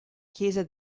chiesa